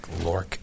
Lork